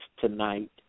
tonight